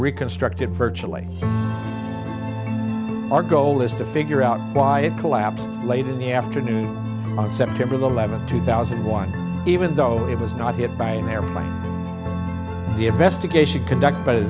reconstruct it virtually our goal is to figure out why it collapsed late in the afternoon on september eleventh two thousand and one even though it was not hit by in their mind the investigation conducted by the